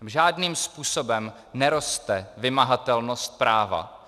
Žádným způsobem neroste vymahatelnost práva.